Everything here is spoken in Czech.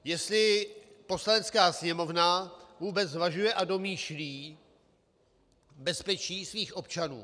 Jestli Poslanecká sněmovna vůbec zvažuje a domýšlí bezpečí svých občanů.